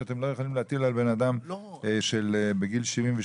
שאתם לא יכולים להטיל על בן אדם בגיל 72